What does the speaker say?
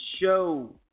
show